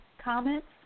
comments